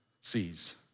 sees